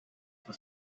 for